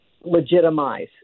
legitimize